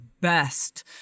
best